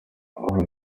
aho